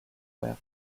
where